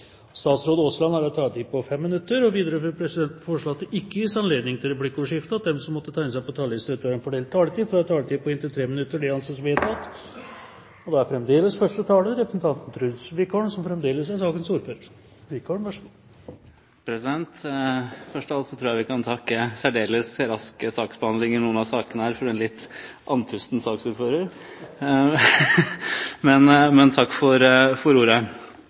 Statsråd Tora Aasland har en taletid på 5 minutter. Videre vil presidenten foreslå at det ikke gis anledning til replikkordskifte, og at de som måtte tegne seg på talerlisten utover den fordelte taletid, får en taletid på inntil 3 minutter. – Det anses vedtatt. Først av alt tror jeg vi kan takke for særdeles rask saksbehandling i noen av sakene her fra en litt andpusten saksordfører – men takk for ordet.